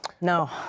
No